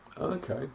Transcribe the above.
Okay